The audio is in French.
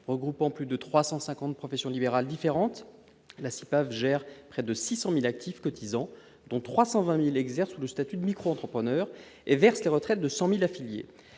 Regroupant plus de 350 professions libérales différentes, la CIPAV gère près de 600 000 actifs cotisants, dont 320 000 exercent sous le statut de micro-entrepreneur, et verse les retraites de 100 000 affiliés.